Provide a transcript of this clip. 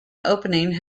opening